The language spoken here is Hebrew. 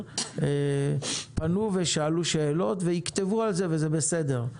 פנו ושאלו שאלות ויכתבו על זה, וזה בסדר.